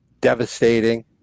devastating